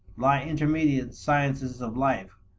lie intermediate sciences of life,